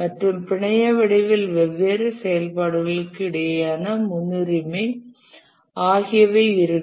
மற்றும் பிணைய வடிவில் வெவ்வேறு செயல்பாடுகளுக்கு இடையிலான முன்னுரிமை ஆகியவை இருக்கும்